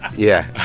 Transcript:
yeah.